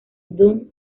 dum